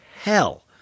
hell